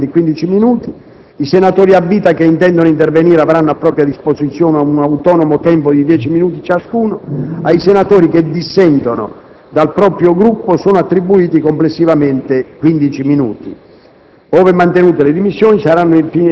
Al Gruppo Misto sono riservati complessivamente 15 minuti. I senatori a vita che intendono intervenire avranno a propria disposizione un autonomo tempo di dieci minuti ciascuno; ai senatori che dissentono dal proprio Gruppo sono attribuiti complessivamente 15 minuti.